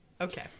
Okay